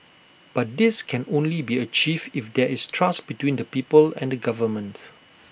but this can only be achieved if there is trust between the people and the government